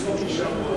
ובסוף נשאר באותו מקום.